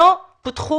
לא פותחו